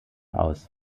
aus